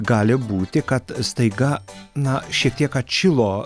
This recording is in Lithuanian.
gali būti kad staiga na šiek tiek atšilo